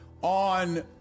On